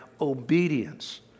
obedience